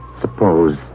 suppose